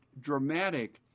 dramatic